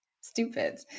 stupid